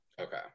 Okay